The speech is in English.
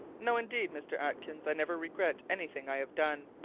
no, indeed, mr. atkins i never regret anything i have done.